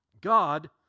God